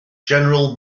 general